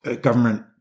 government